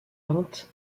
peintes